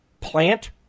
plant